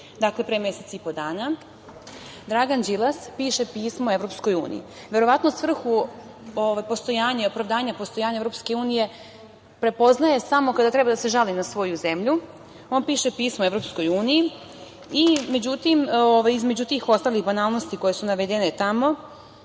dakle, pre mesec i po dana, Dragan Đilas piše pismo Evropskoj uniji. Verovatno svrhu postojanja i opravdanja postojanja Evropske unije prepoznaje samo kada treba da se žali na svoju zemlju, on piše pismo Evropskoj uniji, međutim, između tih ostalih banalnosti koje su navedene tamo